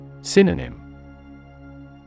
Synonym